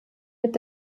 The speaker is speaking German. mit